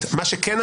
החקיקה,